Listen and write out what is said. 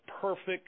perfect